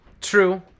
True